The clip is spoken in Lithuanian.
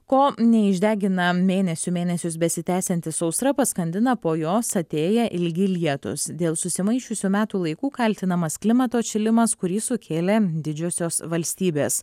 ko neišdegina mėnesių mėnesius besitęsianti sausra paskandina po jos atėję ilgi lietūs dėl susimaišiusių metų laikų kaltinamas klimato atšilimas kurį sukėlė didžiosios valstybės